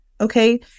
Okay